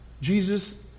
Jesus